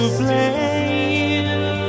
blame